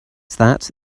that